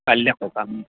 কাইলৈ সকাম